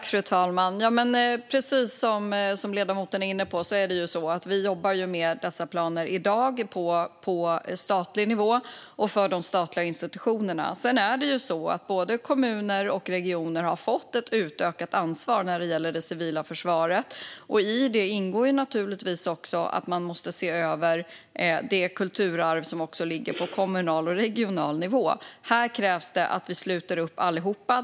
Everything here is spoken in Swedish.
Fru talman! Precis som ledamoten var inne på jobbar vi i dag med dessa planer på statlig nivå och för de statliga institutionerna. Både kommuner och regioner har fått ett utökat ansvar när det gäller det civila försvaret. I detta ingår naturligtvis att de måste se över det kulturarv som ligger på kommunal och regional nivå. Här krävs det att vi alla sluter upp.